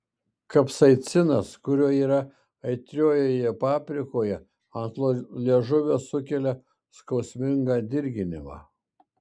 kapsaicinas kurio yra aitriojoje paprikoje ant liežuvio sukelia skausmingą dirginimą